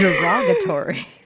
derogatory